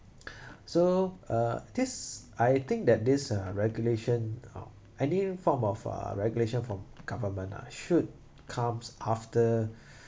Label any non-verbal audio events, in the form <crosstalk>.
<breath> so uh this I think that this uh regulation um any form of uh regulation from government ah should comes after <breath>